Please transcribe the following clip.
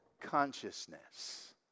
consciousness